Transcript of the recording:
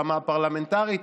ברמה הפרלמנטרית,